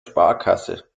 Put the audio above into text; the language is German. sparkasse